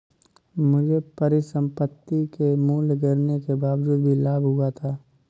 मुझे परिसंपत्ति के मूल्य गिरने के बावजूद भी लाभ हुआ था